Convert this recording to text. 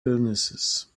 illnesses